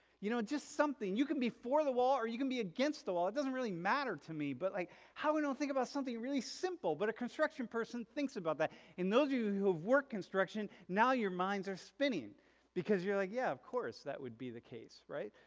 you know, just something you can be for the wall or you can be against the wall it doesn't really matter to me but like how we don't think about something really simple but a construction person thinks about that and those of you who've worked construction now your minds are spinning because you're like, yeah, of course that would be the case. right?